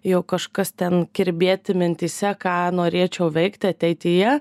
jau kažkas ten kirbėti mintyse ką norėčiau veikti ateityje